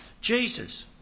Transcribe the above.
Jesus